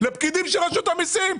לפקידים של רשות המיסים.